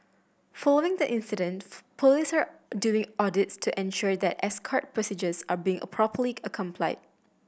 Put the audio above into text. following the incident police are doing audits to ensure that escort procedures are being properly a complied